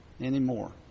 anymore